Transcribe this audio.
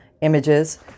images